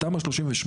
בתמ"א 38,